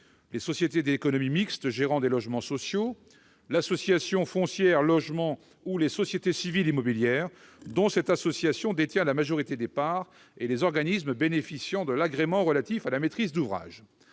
les sociétés d'économie mixte gérant des logements sociaux, l'association Foncière Logement ou les sociétés civiles immobilières dont cette association détient la majorité des parts, ainsi que les organismes bénéficiant de l'agrément relatif à la maîtrise d'ouvrage.